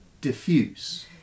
diffuse